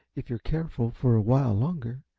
if you're careful for a while longer.